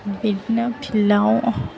बिदिनो फिल्दाव